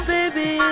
Baby